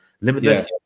Limitless